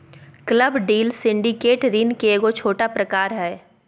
club deal syndicate ऋण के एगो छोटा प्रकार हय